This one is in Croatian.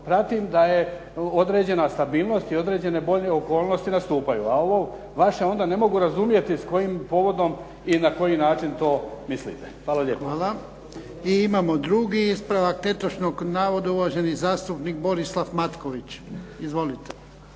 pratim da je određena stabilnost i određene bolje okolnosti nastupaju. A ovo, vaše onda ne mogu razumjeti s kojim povodom i na koji način to mislite. Hvala lijepo. **Bebić, Luka (HDZ)** Hvala. I imamo drugi ispravak netočnog navoda, uvaženi zastupnik Borislav Matković. Izvolite.